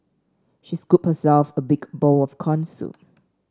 she scooped herself a big bowl of corn soup